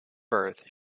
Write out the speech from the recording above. birth